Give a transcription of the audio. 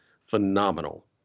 phenomenal